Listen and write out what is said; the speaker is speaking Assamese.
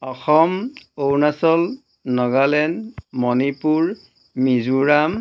অসম অৰুণাচল নাগালেণ্ড মণিপুৰ মিজোৰাম